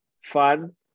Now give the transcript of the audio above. fun